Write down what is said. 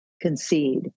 concede